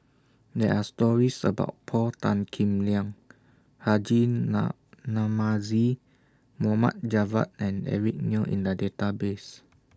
There Are stories about Paul Tan Kim Liang Haji Namazie Mohamed Javad and Eric Neo in The Database